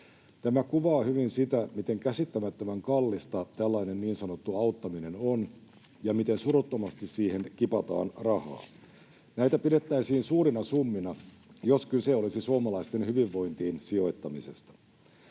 Tämä kuvaa hyvin sitä, miten käsittämättömän kallista tällainen niin sanottu auttaminen on ja miten suruttomasti siihen kipataan rahaa. Näitä pidettäisiin suurina summina, jos kyse olisi suomalaisten hyvinvointiin sijoittamisesta.